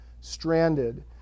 stranded